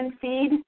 feed